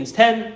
ten